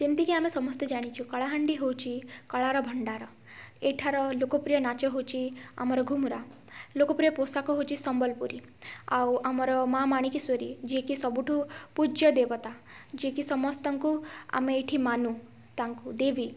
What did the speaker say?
ଯେମିତିକି ଆମେ ସମସ୍ତେ ଜାଣିଛୁ କଳାହାଣ୍ଡି ହେଉଛି କଳାର ଭଣ୍ଡାର ଏଠାର ଲୋକପ୍ରିୟ ନାଚ ହେଉଛି ଆମର ଘୁମୁରା ଲୋକ ପ୍ରିୟ ପୋଷକ ହେଉଛି ସମ୍ବଲପୁରୀ ଆଉ ଆମର ମାଆ ମାଣିକେଶ୍ଵରୀ ଯିଏକି ସବୁଠୁ ପୂଜ୍ୟ ଦେବତା ଯିଏକି ସମସ୍ତଙ୍କୁ ଆମେ ଏଇଠି ମାନୁ ତାଙ୍କୁ ଦେବୀ